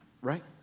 right